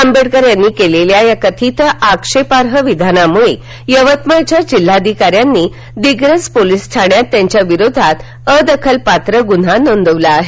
आंबेडकर यांनी केलेल्या या कथित आक्षेपाई विधानामुळे यवतमाळच्या जिल्हाधिकार्यांडनी दिग्रस पोलीस ठाण्यात त्यांच्या विरोधात अदखलपात्र गुन्हा नोंदवला आहे